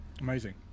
Amazing